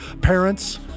parents